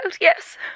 yes